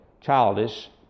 childish